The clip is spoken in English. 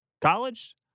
college